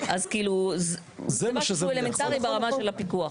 זהו משהו אלמנטרי ברמה של הפיקוח.